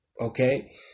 Okay